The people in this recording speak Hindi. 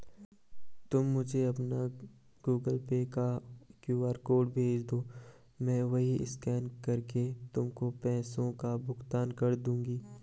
तुम मुझे अपना गूगल पे का क्यू.आर कोड भेजदो, मैं वहीं स्कैन करके तुमको पैसों का भुगतान कर दूंगी